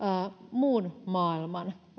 muun maailman